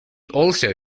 also